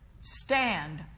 stand